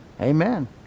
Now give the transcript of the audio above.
Amen